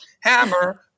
hammer